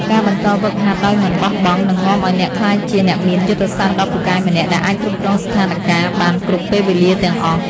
ការបន្តហ្វឹកហាត់ដោយមិនបោះបង់នឹងនាំឱ្យអ្នកក្លាយជាអ្នកមានយុទ្ធសាស្ត្រដ៏ពូកែម្នាក់ដែលអាចគ្រប់គ្រងស្ថានការណ៍បានគ្រប់ពេលវេលាទាំងអស់។